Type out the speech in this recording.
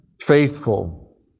faithful